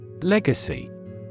L-E-G-A-C-Y